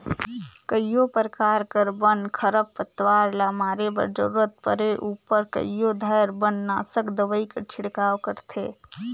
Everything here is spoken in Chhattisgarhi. कइयो परकार कर बन, खरपतवार ल मारे बर जरूरत परे उपर कइयो धाएर बननासक दवई कर छिड़काव करथे